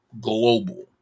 global